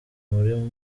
muri